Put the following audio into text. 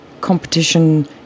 competition